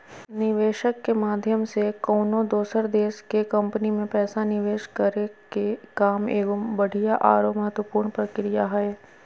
निवेशक के माध्यम से कउनो दोसर देश के कम्पनी मे पैसा निवेश करे के काम एगो बढ़िया आरो महत्वपूर्ण प्रक्रिया हय